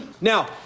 Now